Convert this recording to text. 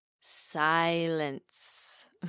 silence